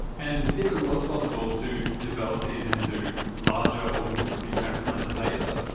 and if it was possible to develop these into larger organs that could be transplanted later,